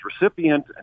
recipient